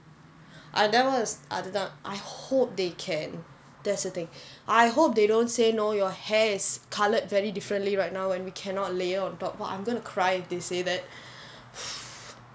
ah that was அது தான்:athu thaan I hope they can that's the thing I hope they don't say no your hair is coloured very differently right now and we cannot layer on top !wah! I'm gonna cry if they say that